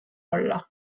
olla